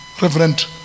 Reverend